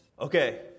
Okay